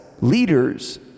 leaders